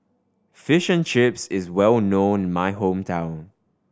Fish and Chips is well known in my hometown